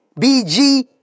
BG